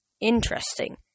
Interesting